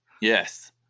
Yes